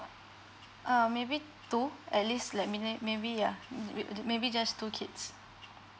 uh maybe two at least like mini maybe yeah mm the maybe just two kids